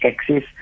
access